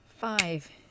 Five